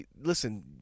Listen